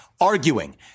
arguing